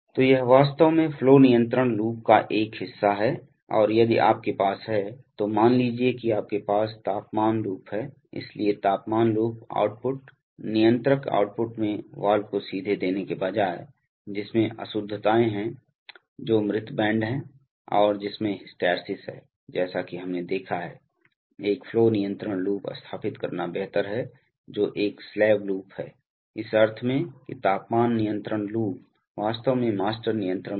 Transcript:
तो यह वास्तव में फ्लो नियंत्रण लूप का एक हिस्सा है और यदि आपके पास है तो मान लीजिए कि आपके पास तापमान लूप है इसलिए तापमान लूप आउटपुट नियंत्रक आउटपुट में वाल्व को सीधे देने के बजाय जिसमें अशुद्धताएं हैं जो मृत बैंड है जिसमें हिस्टैरिसीस है जैसा कि हमने देखा है एक फ्लो नियंत्रण लूप स्थापित करना बेहतर है जो एक स्लेव लूप है इस अर्थ में कि तापमान नियंत्रण लूप वास्तव में मास्टर नियंत्रण लूप है